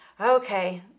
Okay